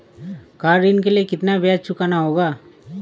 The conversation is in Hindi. कार ऋण के लिए कितना ब्याज चुकाना होगा?